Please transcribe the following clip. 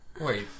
Wait